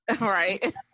right